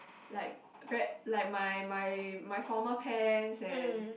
like very like my my my formal pants and